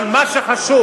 אבל מה שחשוב,